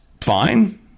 fine